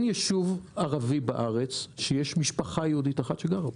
ישוב ערבי בארץ שיש משפחה יהודית אחת שגרה בו.